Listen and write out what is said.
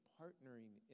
partnering